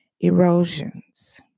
erosions